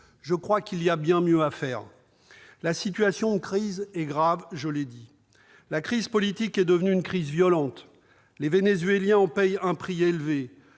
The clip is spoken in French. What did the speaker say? Je crois qu'il y a bien mieux à faire ! La situation de crise est grave, je l'ai dit. La crise politique est devenue une crise violente. Les Vénézuéliens en paient un prix élevé.